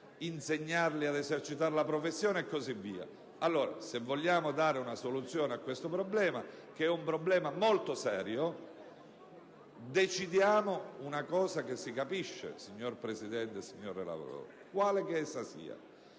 insegnargli ad esercitare la professione e così via. Se vogliamo dare una soluzione a questo problema, che è un problema molto serio, decidiamo una cosa che si capisca, signor Presidente e signor relatore, quale che essa sia,